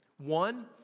One